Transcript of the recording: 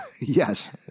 Yes